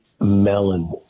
melon